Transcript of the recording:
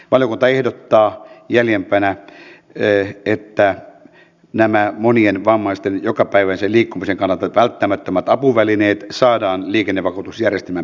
valiokunta ehdottaa jäljempänä että nämä monien vammaisten jokapäiväisen liikkumisen kannalta välttämättömät apuvälineet saadaan liikennevakuutusjärjestelmän piiriin